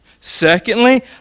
Secondly